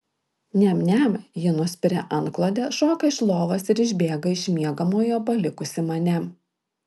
niam niam ji nuspiria antklodę šoka iš lovos ir išbėga iš miegamojo palikusi mane